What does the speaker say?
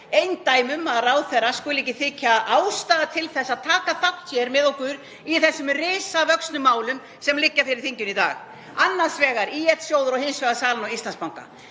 eindæmum að ráðherra skuli ekki þykja ástæða til að taka þátt með okkur í þessum risavöxnu málum sem liggja fyrir þinginu í dag, annars vegar ÍL-sjóður og hins vegar sala á Íslandsbanka.